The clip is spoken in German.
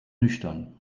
nüchtern